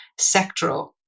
sectoral